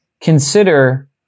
consider